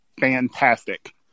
Fantastic